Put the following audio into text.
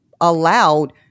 allowed